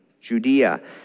Judea